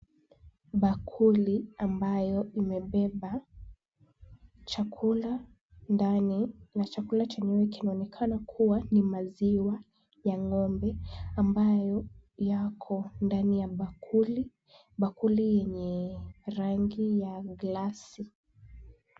Bakuli ambayo imebeba chakula ndani na chakula chenyewe kinaonekana kuwa ni maziwa ya ng'ombe ambayo yako ndani ya bakuli, bakuli yenye rangi ya glasi.